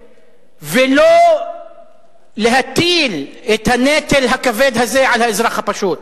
ולא להטיל את הנטל הכבד הזה על האזרח הפשוט?